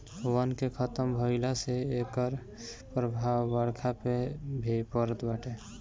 वन के खतम भइला से एकर प्रभाव बरखा पे भी पड़त बाटे